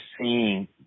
seeing